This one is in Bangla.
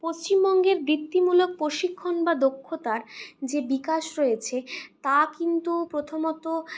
পশ্চিমবঙ্গের বৃত্তিমূলক প্রশিক্ষণ বা দক্ষতার যে বিকাশ রয়েছে তা কিন্তু প্রথমত